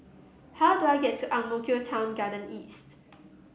how do I get to Ang Mo Kio Town Garden East